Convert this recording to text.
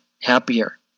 happier